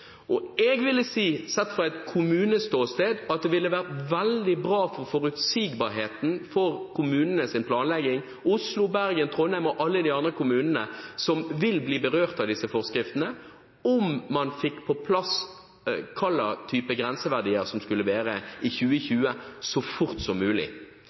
Jeg vil si, sett fra et kommuneståsted, at det ville være veldig bra for forutsigbarheten for kommunenes planlegging – for Oslo, Bergen, Trondheim og alle de andre kommunene som vil bli berørt av disse forskriftene – om man fikk på plass hva slags type grenseverdier som skal være i 2020, så fort som mulig.